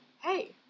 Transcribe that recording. hey